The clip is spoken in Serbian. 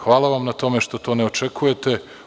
Hvala vam na tome što to ne očekujete.